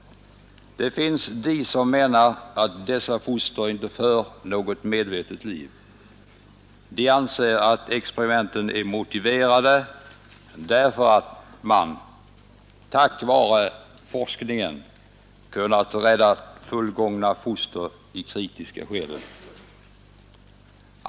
Det finns de som menar att dessa foster inte för något medvetet liv. Man anser att experimenten är motiverade därför att man — tack vare forskningen — kunnat rädda fullgångna foster i kritiska skeden.